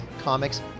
comics